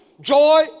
Joy